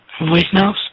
voicemails